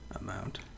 amount